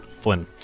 Flynn